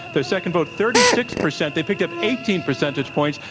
their second vote thirty six percent. they picked up eighteen percentage points.